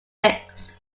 fixed